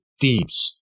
teams